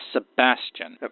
Sebastian